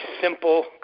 simple